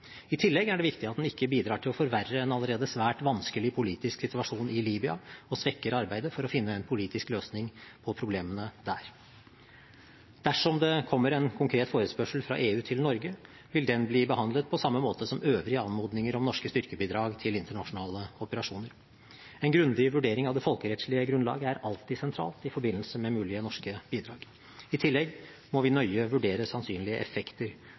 I tillegg er det viktig at den ikke bidrar til å forverre en allerede svært vanskelig politisk situasjon i Libya og svekker arbeidet for å finne en politisk løsning på problemene der. Dersom det kommer en konkret forespørsel fra EU til Norge, vil den bli behandlet på samme måte som øvrige anmodninger om norske styrkebidrag til internasjonale operasjoner. En grundig vurdering av det folkerettslige grunnlaget er alltid sentralt i forbindelse med mulige norske bidrag. I tillegg må vi nøye vurdere sannsynlige effekter